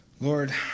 Lord